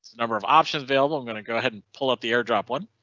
number of options available. i'm going to go ahead and pull up the airdrop one.